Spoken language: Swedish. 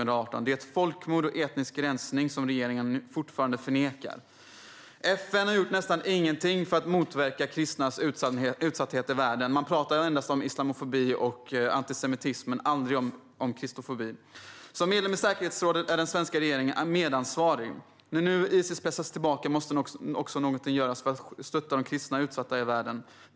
Det är ett folkmord och en etnisk rensning som regeringen fortfarande förnekar. FN har nästan inte gjort något för att motverka kristnas utsatthet i världen. Man pratar endast om islamofobi och antisemitism, aldrig om kristofobi. Som medlem i säkerhetsrådet är den svenska regeringen medansvarig. När nu Isis pressas tillbaka måste också något göras för att stötta de kristna utsatta i världen.